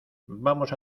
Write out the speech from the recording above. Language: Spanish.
vamos